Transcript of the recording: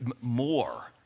more